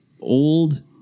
old